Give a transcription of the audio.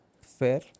Fair